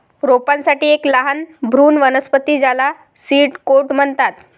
रोपांसाठी एक लहान भ्रूण वनस्पती ज्याला सीड कोट म्हणतात